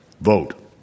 Vote